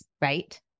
right